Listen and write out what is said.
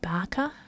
Barker